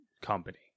company